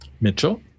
mitchell